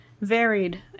varied